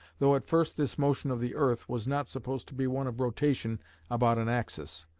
though at first this motion of the earth was not supposed to be one of rotation about an axis.